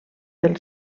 del